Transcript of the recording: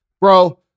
bro